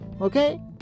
okay